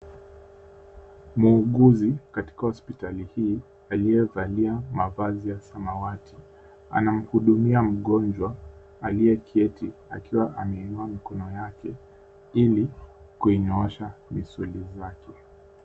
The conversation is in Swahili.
Muuguzi katika hospitali hii aliyevalia mavazi ya samawati anamhudumia mgonjwa aliyeketi akiwa ameinua mikono yake ili kuinyoosha misuli zake.